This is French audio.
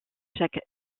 chaque